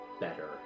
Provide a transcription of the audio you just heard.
better